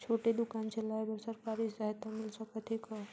छोटे दुकान चलाय बर सरकारी सहायता मिल सकत हे का?